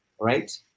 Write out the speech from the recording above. right